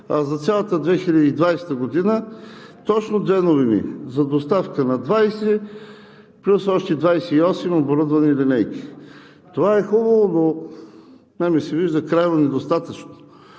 а за цялата 2020 г. точно две новини: за доставка на 20 плюс още 28 оборудвани линейки. Това е хубаво, но на мен ми се вижда крайно недостатъчно.